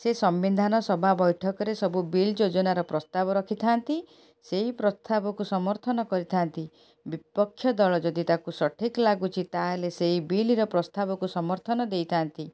ସେ ସମ୍ବିଧାନ ସଭା ବୈଠକରେ ସବୁ ବିଲ୍ ଯୋଜନାର ପ୍ରସ୍ତାବ ରଖିଥାନ୍ତି ସେହି ପ୍ରସ୍ତାବକୁ ସମର୍ଥନ କରିଥାନ୍ତି ବିପକ୍ଷ ଦଳ ଯଦି ତାକୁ ସଠିକ ଲାଗୁଛି ତାହେଲେ ସେଇ ବିଲ୍ର ପ୍ରସ୍ତାବକୁ ସମର୍ଥନ ଦେଇଥାନ୍ତି